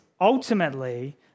ultimately